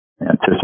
anticipate